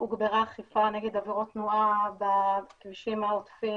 הוגברה האכיפה נגד עבירות תנועה בכבישים העוטפים,